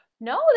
no